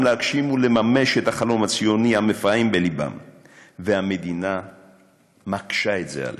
להגשים ולממש את החלום הציוני המפעם בליבם והמדינה מקשה את זה עליהם.